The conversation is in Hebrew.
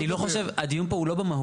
אני לא חושב, הדיון פה הוא לא במהות.